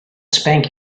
spank